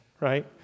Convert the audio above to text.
right